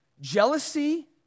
jealousy